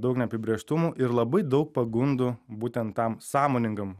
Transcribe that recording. daug neapibrėžtumų ir labai daug pagundų būtent tam sąmoningam